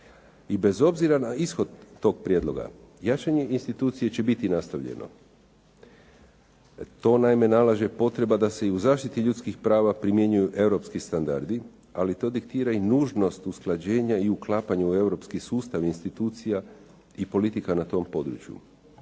i bez obzira na ishod toga prijedloga jačanje institucije će biti nastavljeno. To naime nalaže potreba da se i u zaštitu ljudskih prava primjenjuju europski standardi ali to diktira i nužnost usklađenja i uklapanje u europski sustav institucija i politika na tom poduručju.